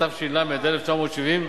התש"ל 1970,